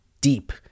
deep